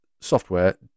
software